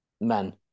men